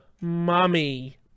mommy